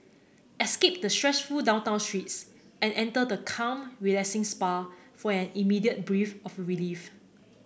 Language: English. escape the stressful downtown streets and enter the calm relaxing spa for an immediate breath of relief